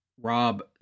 Rob